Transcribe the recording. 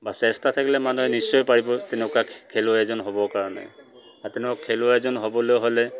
বা চেষ্টা থাকিলে মানুহে নিশ্চয় পাৰিব তেনেকুৱা খেলুৱৈ এজন হ'বৰ কাৰণে আৰু তেনেকুৱা খেলুৱৈ এজন হ'বলৈ হ'লে